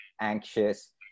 anxious